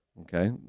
okay